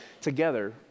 together